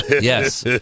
Yes